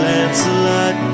Lancelot